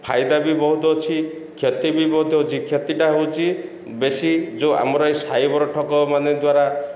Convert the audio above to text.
ଫାଇଦା ବି ବହୁତ ଅଛି କ୍ଷତି ବି ବହୁତ ଅଛି କ୍ଷତିଟା ହେଉଛି ବେଶୀ ଯେଉଁ ଆମର ଏଇ ସାଇବର ଠକ ମାନେ ଦ୍ୱାରା